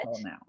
now